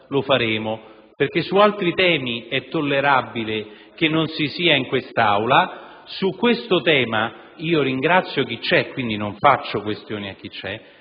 lo faremo, perché su altri temi è tollerabile che non si sia in quest'Aula, ma su questo tema (ringrazio chi c'è, quindi non mi rivolgo a chi è